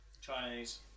Chinese